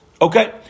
Okay